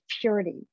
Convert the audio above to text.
purity